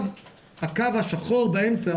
הקו השחור באמצע